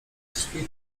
krwi